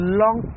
long